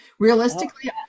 realistically